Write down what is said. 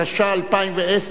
התש"ע 2010,